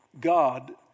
God